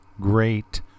great